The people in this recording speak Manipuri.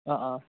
ꯑꯥ ꯑꯥ